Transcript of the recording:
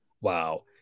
wow